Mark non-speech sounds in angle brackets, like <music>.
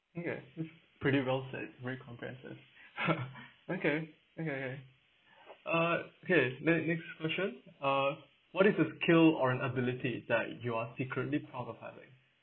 okay pretty well said very comprehensive <laughs> okay okay okay uh okay then next question uh what is the skill or an ability that you are secretly proud of having